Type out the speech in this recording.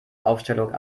aufstellung